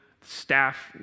Staff